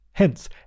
Hence